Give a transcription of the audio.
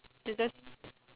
then just